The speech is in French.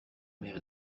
mère